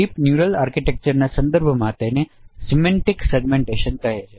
deep neural આર્કિટેક્ચરના સંદર્ભમાં તેને સિમેન્ટીક સેગ્મેન્ટેશન કહે છે